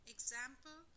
Example